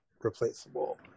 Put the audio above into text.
replaceable